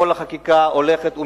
כל החקיקה הולכת ומתקדמת,